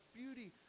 beauty